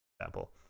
example